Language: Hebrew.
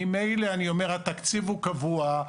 ממילא התקציב הוא קבוע,